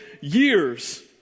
years